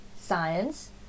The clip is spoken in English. science